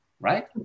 Right